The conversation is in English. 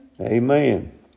Amen